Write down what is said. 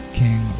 king